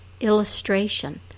illustration